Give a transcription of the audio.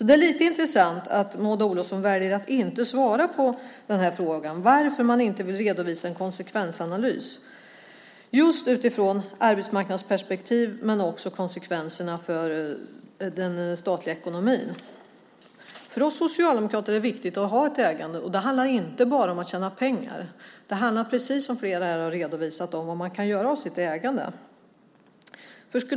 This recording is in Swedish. Det är lite intressant att Maud Olofsson väljer att inte svara på frågan varför man inte vill redovisa en konsekvensanalys utifrån arbetsmarknadsperspektiv och konsekvenserna för den statliga ekonomin. För oss socialdemokrater är det viktigt att ha ett ägande. Det handlar inte bara om att tjäna pengar. Det handlar om vad man kan göra av sitt ägande, precis som flera här har redovisat.